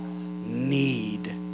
need